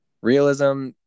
Realism